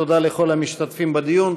תודה לכל המשתתפים בדיון,